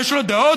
יש לו דעות,